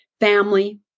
family